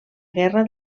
guerra